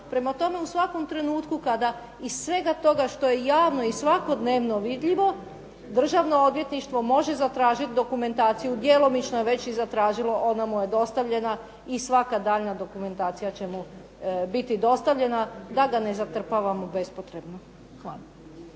prema tome, u svakom trenutku kada iz svega toga što je javno i svakodnevno vidljivo Državno odvjetništvo može zatražiti dokumentaciju djelomično je već zatražilo i ona mu je dostavljena i svaka daljnja dokumentacija će mu biti dostavljena, da ga ne zatrpavamo bespotrebno. Hvala.